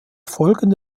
folgende